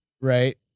Right